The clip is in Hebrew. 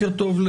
בוקר טוב,